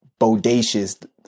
bodacious